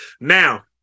Now